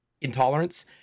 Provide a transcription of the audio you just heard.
intolerance